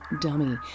Dummy